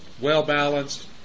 well-balanced